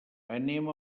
anem